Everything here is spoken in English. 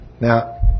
Now